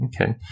Okay